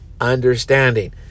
understanding